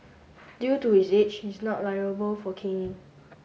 due to his age he's not liable for caning